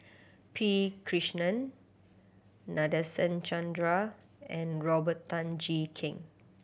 P Krishnan Nadasen Chandra and Robert Tan Jee Keng